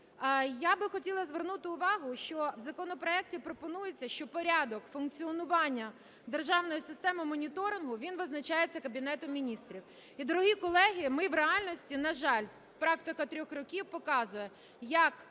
Я би хотіла звернути увагу, що в законопроекті пропонується що порядок функціонування державної системи моніторингу визначається Кабінетом Міністрів. І, дорогі колеги, ми в реальності, на жаль, практика трьох років показує, як